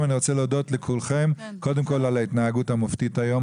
אני רוצה להודות לכולכם קודם כל על ההתנהגות המופתית היום,